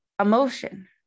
emotion